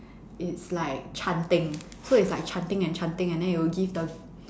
it's like chanting so is like chanting and chanting and then it'll give the